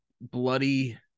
bloody